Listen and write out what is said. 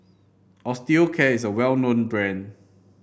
Osteocare is a well known brand